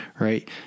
right